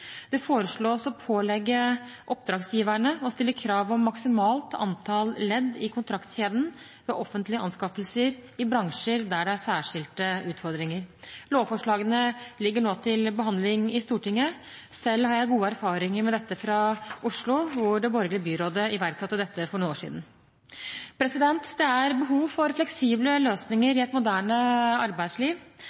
Det foreslås å pålegge oppdragsgiverne å stille krav om maksimalt antall ledd i kontraktskjeden ved offentlige anskaffelser i bransjer der det er særskilte utfordringer. Lovforslagene ligger nå til behandling i Stortinget. Selv har jeg gode erfaringer med dette fra Oslo, hvor det borgerlige byrådet iverksatte dette for noen år siden. Det er behov for fleksible løsninger i et moderne arbeidsliv.